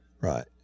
Right